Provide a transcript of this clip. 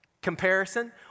comparison